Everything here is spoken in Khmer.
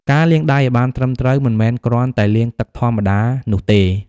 ការលាងដៃឱ្យបានត្រឹមត្រូវ មិនមែនគ្រាន់តែលាងទឹកធម្មតានោះទេ។